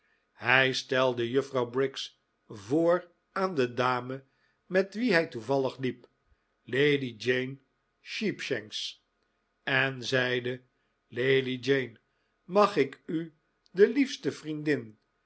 hij stelde juffrouw briggs voor aan de dame met wie hij toevallig liep lady jane sheepshanks en zeide lady jane mag ik u de liefste vriendin